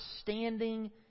standing